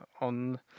on